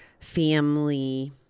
family